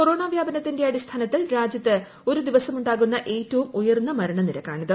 corona വ്യാപനത്തിന്റെ അടിസ്ഥാനത്തിൽ രാജ്യത്ത് ഒരു ദിവസമുണ്ടാകുന്ന ഏറ്റവും ഉയർന്ന മരണനിരക്കാണിത്